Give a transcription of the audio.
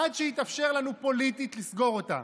עד שיתאפשר פוליטית לסגור אותה